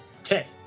Okay